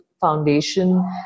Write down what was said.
foundation